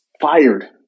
fired